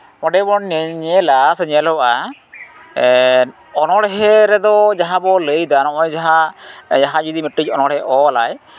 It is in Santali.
ᱱᱚᱰᱮ ᱵᱚᱱ ᱧᱮᱞᱟ ᱥᱮ ᱧᱮᱞᱚᱜᱼᱟ ᱚᱱᱚᱬᱦᱮᱸ ᱨᱮᱫᱚ ᱡᱟᱦᱟᱸ ᱵᱚᱱ ᱞᱟᱹᱭ ᱮᱫᱟ ᱱᱚᱜᱼᱚᱭ ᱡᱟᱦᱟᱸ ᱡᱟᱦᱟᱸᱭ ᱡᱩᱫᱤ ᱢᱤᱫᱴᱮᱡ ᱚᱱᱚᱬᱦᱮᱸ ᱚᱞᱟᱭ